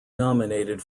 nominated